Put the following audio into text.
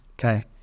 Okay